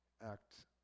act